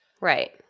Right